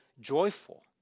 joyful